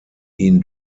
ihn